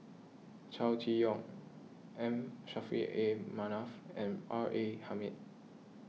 Chow Chee Yong M Saffri A Manaf and R A Hamid